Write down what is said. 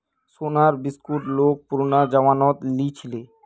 सोनार बिस्कुट लोग पुरना जमानात लीछीले